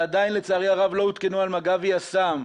שלצערי הרב עדיין לא הותקנו על מג"ב יס"מ,